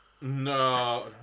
No